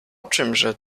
czymże